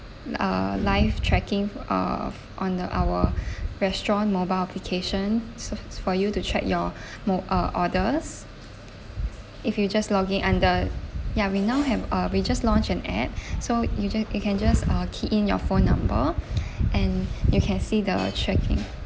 uh live tracking of on the our restaurant mobile application so is for you to check your mob~ uh orders if you just login under ya we now have uh we just launched an app so you just you can just uh key in your phone number and you can see the tracking